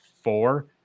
four